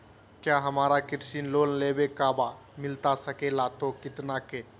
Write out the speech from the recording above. क्या हमारा कृषि लोन लेवे का बा मिलता सके ला तो कितना के?